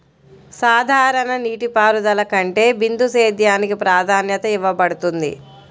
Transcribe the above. సాధారణ నీటిపారుదల కంటే బిందు సేద్యానికి ప్రాధాన్యత ఇవ్వబడుతుంది